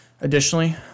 Additionally